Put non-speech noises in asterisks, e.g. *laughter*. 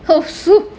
*laughs*